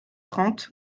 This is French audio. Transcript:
trente